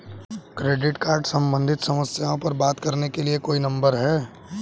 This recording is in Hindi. क्रेडिट कार्ड सम्बंधित समस्याओं पर बात करने के लिए कोई नंबर है?